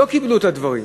לא קיבלו את הדברים.